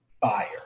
fire